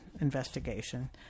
investigation